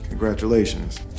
Congratulations